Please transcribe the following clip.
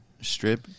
Strip